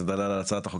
הנושא: הצעת חוק